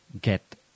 get